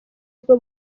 bwo